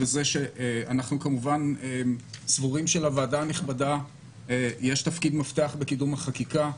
וזה שאנחנו כמובן סבורים שלוועדה הנכבדה יש תפקיד מפתח בקידום החקיקה.